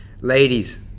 Ladies